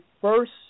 first